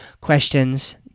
questions